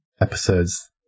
episodes